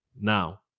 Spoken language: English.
Now